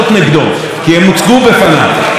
בכל מה שנוגע לטיפול בענייני בזק,